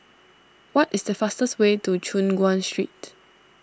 what is the fastest way to Choon Guan Street